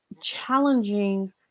challenging